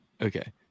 Okay